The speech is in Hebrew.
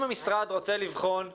אם המשרד רוצה לבחון גוף,